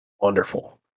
Wonderful